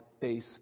base